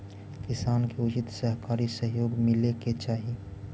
किसान के उचित सहकारी सहयोग मिले के चाहि